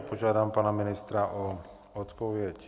Požádám pana ministra o odpověď.